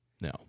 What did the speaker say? No